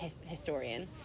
historian